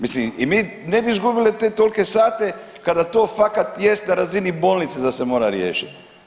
Mislim i mi ne bi izgubili te tolike sate kada to fakat jest na razini bolnice da se mora riješiti.